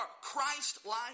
Christ-like